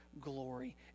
glory